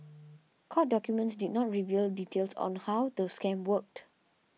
court documents did not reveal details of how the scam worked